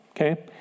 okay